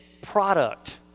product